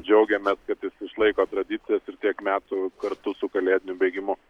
džiaugiamės kad jis išlaiko tradicijas ir tiek metų kartu su kalėdiniu bėgimu